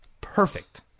Perfect